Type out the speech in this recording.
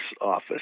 office